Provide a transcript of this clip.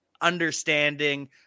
understanding